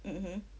mmhmm